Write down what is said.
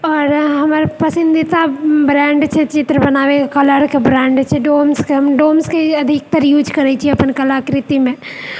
आओर हमर पसन्दीदा ब्राण्ड छै चित्र बनाबएके कलरके ब्राण्ड छै डोम्स हम डोम्सके ही अधिकतर यूज करैत छी अपन कलाकृतिमे